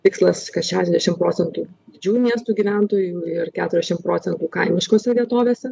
tikslas kad šešiasdešimt procentų didžiųjų miestų gyventojų ir keturiasdešimt procentų kaimiškose vietovėse